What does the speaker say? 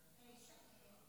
הילדים שלנו,